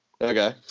Okay